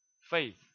faith